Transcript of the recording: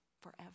forever